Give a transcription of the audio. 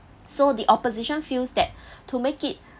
so the opposition feels that to make it